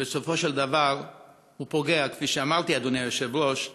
שבסופו של דבר פוגע, כפי שאמרתי, אדוני היושב-ראש,